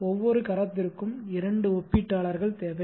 ஒவ்வொரு கரத்திற்கும் இரண்டு ஒப்பீட்டாளர்கள் தேவை